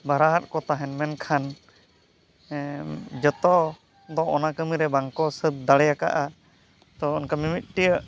ᱵᱷᱟᱨᱟᱣᱟᱫ ᱠᱚ ᱛᱟᱦᱮᱱ ᱢᱮᱱᱠᱷᱟᱱ ᱡᱚᱛᱚ ᱫᱚ ᱚᱱᱟᱠᱟᱹᱢᱤᱨᱮ ᱵᱟᱝᱠᱚ ᱥᱟᱹᱛ ᱫᱟᱲᱮᱭᱟᱠᱟᱜᱼᱟ ᱛᱚ ᱚᱱᱠᱟ ᱢᱤᱢᱤᱴᱤᱡ